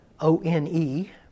O-N-E